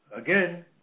Again